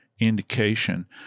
indication